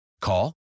Call